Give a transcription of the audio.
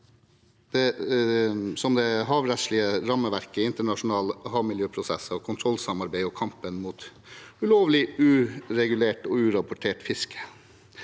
som det havrettslige rammeverket, internasjonale havmiljøprosesser, kontrollsamarbeid og kampen mot ulovlig, uregulert og urapportert fiske.